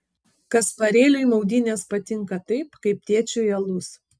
kasparėliui maudynės patinka taip kaip tėčiui alus